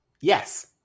yes